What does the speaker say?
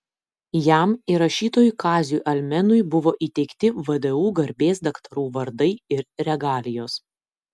jam ir rašytojui kaziui almenui buvo įteikti vdu garbės daktarų vardai ir regalijos